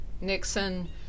Nixon